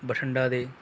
ਬਠਿੰਡਾ ਦੇ